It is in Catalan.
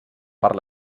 part